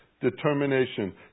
determination